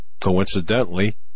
Coincidentally